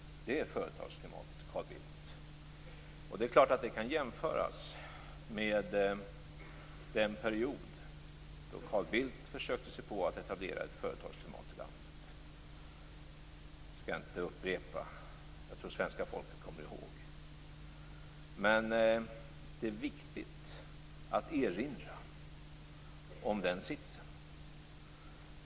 Detta är företagsklimatet, Carl Bildt. Det är klart att det kan jämföras med den period då Carl Bildt försökte sig på att etablera ett företagsklimat i landet. Jag skall inte upprepa det. Jag tror att svenska folket kommer ihåg. Men det är viktigt att erinra om den sitsen.